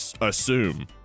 assume